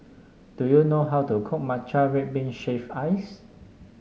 do you know how to cook Matcha Red Bean Shaved Ice